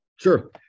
Sure